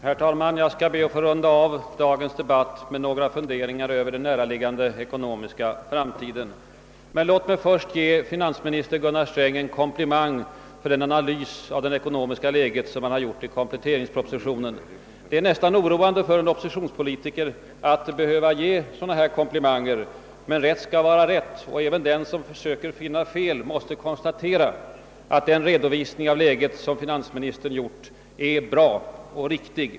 Herr talman! Jag skall be att få runda av dagens debatt med några funderingar kring den näraliggande ekonomiska framtiden. Men låt mig först ge finansminister Gunnar Sträng en komplimang för den analys av det ekonomiska läget som han gjort i kompletteringspropositionen. Det är nästan oroande för en oppositionspolitiker att behöva ge sådana här komplimanger. Men rätt skall vara rätt, och även den som försöker finna fel måste konstatera att den redovisning av läget som finansministern gjort är bra och riktig.